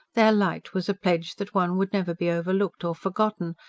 their light was a pledge that one would never be overlooked or forgotten,